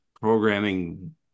programming